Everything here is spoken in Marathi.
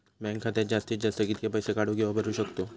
बँक खात्यात जास्तीत जास्त कितके पैसे काढू किव्हा भरू शकतो?